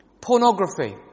Pornography